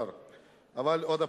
אבל עוד הפעם,